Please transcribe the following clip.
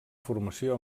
formació